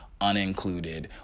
unincluded